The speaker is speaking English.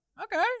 Okay